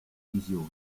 visioni